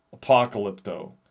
Apocalypto